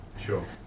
Sure